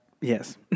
Yes